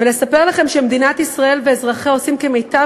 ולספר לכם שמדינת ישראל ואזרחיה עושים כמיטב